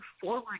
forward